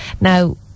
Now